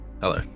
Hello